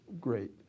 great